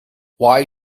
why